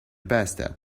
pasta